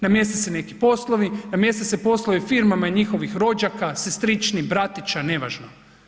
Namjeste se neki poslovi, namjeste se poslovi firmama i njihovih rođaka, sestrični, bratića, nevažno.